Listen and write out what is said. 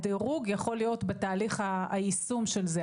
הדירוג יכול להיות בתהליך היישום של זה,